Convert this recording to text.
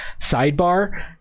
Sidebar